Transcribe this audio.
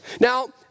Now